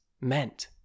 meant